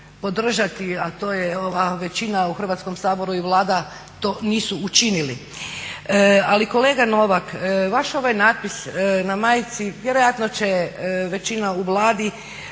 a to je ova većina u Hrvatskom saboru i Vlada to nisu učinili. Ali kolega Novak vaš ovaj natpis na majici vjerojatno će većina u Vladi